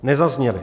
Nezazněly.